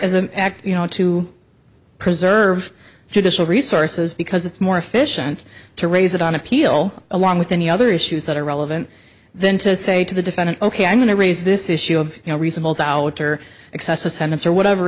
as an act you know to preserve judicial resources because it's more efficient to raise it on appeal along with any other issues that are relevant then to say to the defendant ok i'm going to raise this issue of you know reasonable doubt or excessive sentence or whatever